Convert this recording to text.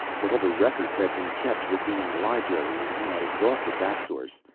whatever records had been kept would be in the library and he had exhausted that source.